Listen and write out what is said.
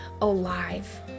alive